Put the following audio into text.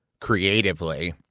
creatively